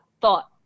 thought